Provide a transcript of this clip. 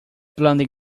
blond